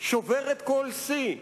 שוברת כל שיא,